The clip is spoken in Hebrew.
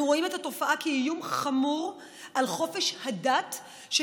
אנחנו רואים את התופעה כאיום חמור על חופש הדת של